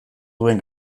duen